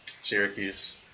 Syracuse